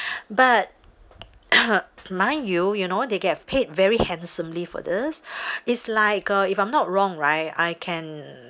but mind you you know they get paid very handsomely for this is like uh if I'm not wrong right I can